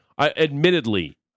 Admittedly